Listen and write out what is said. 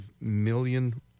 million